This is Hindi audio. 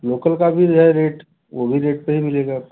लोकल का भी जो है रेट वह भी रेट पर ही मिलेगा आपको